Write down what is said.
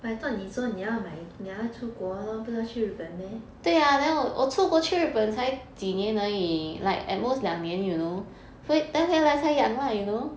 but I thought 你说你要买你要出国不是要去日本 meh